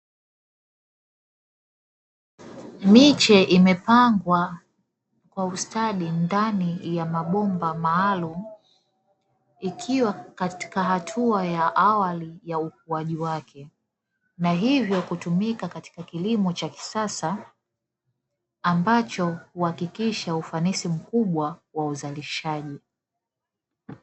Miche imepangwa kwa ustadi ndani ya mabomba maalumu ikiwa katika hatua ya awali ya ukuaji wake, na hivyo kutumika katika kilimo cha kisasa, ambacho huhakikisha ufanisi mkubwa wa uzalishaji.